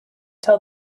tell